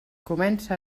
comença